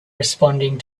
responding